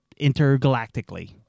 intergalactically